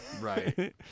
Right